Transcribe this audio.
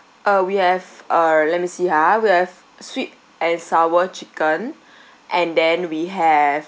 uh we have uh let me see ha we have sweet and sour chicken and then we have